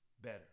better